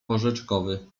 porzeczkowy